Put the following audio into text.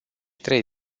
trei